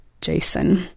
Jason